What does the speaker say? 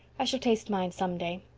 i shall taste mine some day.